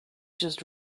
just